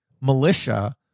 militia